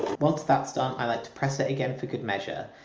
once that's done, i like to press it again for good measure,